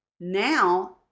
Now